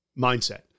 mindset